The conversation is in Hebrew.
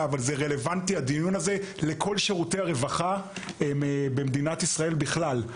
אבל זה רלוונטי לכל שירותי הרווחה במדינת ישראל בכלל,